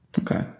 Okay